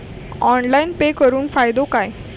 Online pay करुन फायदो काय?